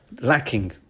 lacking